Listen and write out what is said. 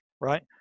right